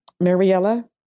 Mariella